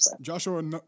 Joshua